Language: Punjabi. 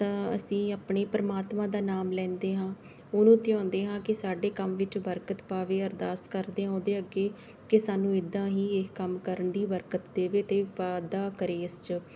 ਤਾਂ ਅਸੀਂ ਆਪਣੇ ਪਰਮਾਤਮਾ ਦਾ ਨਾਮ ਲੈਂਦੇ ਹਾਂ ਉਹਨੂੰ ਧਿਆਉਂਦੇ ਹਾਂ ਕਿ ਸਾਡੇ ਕੰਮ ਵਿੱਚ ਬਰਕਤ ਪਾਵੇ ਅਰਦਾਸ ਕਰਦੇ ਉਹਦੇ ਅੱਗੇ ਕਿ ਸਾਨੂੰ ਇੱਦਾਂ ਹੀ ਇਹ ਕੰਮ ਕਰਨ ਦੀ ਬਰਕਤ ਦੇਵੇ ਅਤੇ ਵਾਧਾ ਕਰੇ ਇਸ 'ਚ